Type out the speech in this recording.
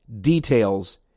details